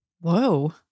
Whoa